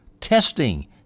testing